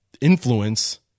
influence